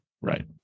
Right